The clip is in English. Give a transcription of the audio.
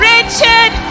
Richard